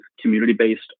community-based